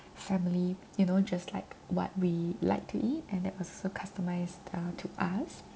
family you know just like what we like to eat and that was also customised uh to us